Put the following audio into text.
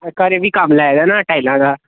घर बी कम्म लाए दा न टाएलें दा